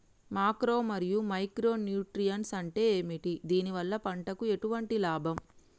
Macro మరియు micro nutrients అంటే ఏమిటి? దీనివల్ల పంటకు ఎటువంటి లాభం?